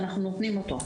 ואנחנו נותנים אותו.